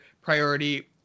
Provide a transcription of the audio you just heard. priority